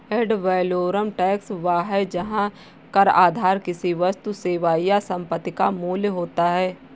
add valorem tax वह है जहां कर आधार किसी वस्तु, सेवा या संपत्ति का मूल्य होता है